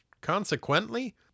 consequently